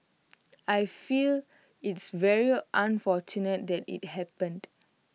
I feel it's very unfortunate that IT happened